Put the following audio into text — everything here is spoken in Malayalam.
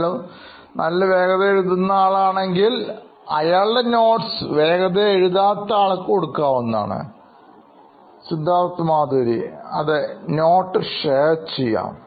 അയാളും നല്ല വേഗതയിൽഎഴുതുന്ന ആളാണെങ്കിൽ അയാളുടെ notes വേഗതയിൽഎഴുതാത്ത ആൾക്ക് കൊടുക്കാവുന്നതാണ് Siddharth Maturi CEO Knoin Electronics notes share ചെയ്യാം